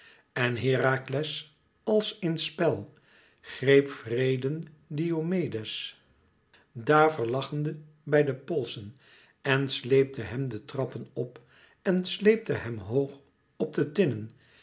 en herakles als in spel greep wreeden diomedes daverlachende bij de polsen en sleepte hem de trappen op en sleepte hem hoog op de